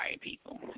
people